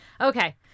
Okay